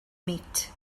meat